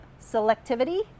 selectivity